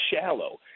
shallow